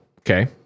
okay